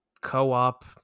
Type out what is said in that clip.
co-op